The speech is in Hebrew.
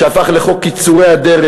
שהפך לחוק קיצורי הדרך,